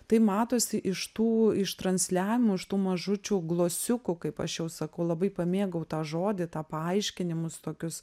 tai matosi iš tų ištransliavimų iš tų mažučių glosiukų kaip aš jau sakau labai pamėgau tą žodį tą paaiškinimus tokius